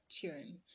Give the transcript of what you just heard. tune